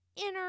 inner